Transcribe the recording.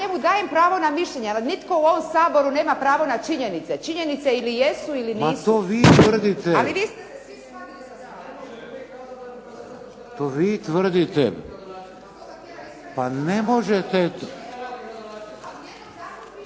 njemu dajem pravo na mišljenje. Ali nitko u ovom Saboru nema pravo na činjenice. Činjenice ili jesu ili nisu. **Šeks, Vladimir (HDZ)** Pa to vi tvrdite. To vi tvrdite. Pa ne možete…